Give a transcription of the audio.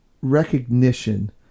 recognition